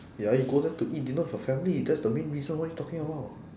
ya you go there to eat dinner with your family that's the main reason what you talking about